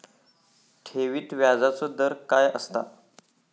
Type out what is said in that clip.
ठेवीत व्याजचो दर काय असता?